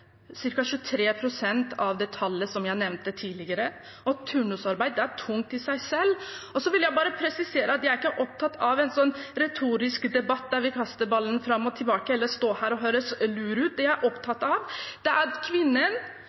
jeg nevnte tidligere, og turnusarbeid er tungt i seg selv. Jeg vil bare presisere at jeg ikke er opptatt av en retorisk debatt der vi kaster ballen fram og tilbake eller står her og høres lure ut. Det jeg er opptatt av, er at kvinnen